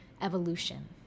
evolution